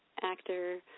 actor